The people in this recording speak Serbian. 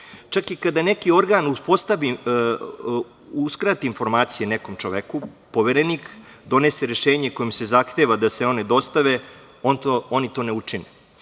Čak i kada neki organ uskrati informacije nekom čoveku, Poverenik donese rešenje kojim se zahteva da se one dostave. Oni to ne